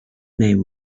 name